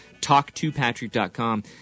TalkToPatrick.com